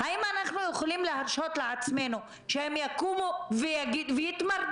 האם אנחנו יכולים להרשות לעצמנו שהם יקומו ויתמרדו,